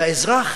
והאזרח,